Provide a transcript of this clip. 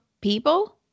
people